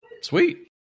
Sweet